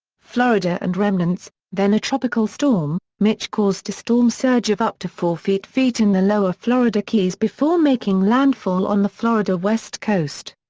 florida and remnants then a tropical storm, mitch caused a storm surge of up to four feet feet in the lower florida keys before making landfall on the florida west coast.